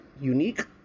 unique